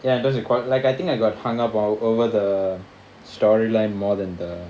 ya in terms of qual~ like I think I got hung up all over the storyline more than the